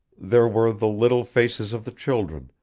there were the little faces of the children,